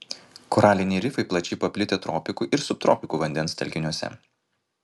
koraliniai rifai plačiai paplitę tropikų ir subtropikų vandens telkiniuose